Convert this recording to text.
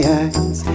eyes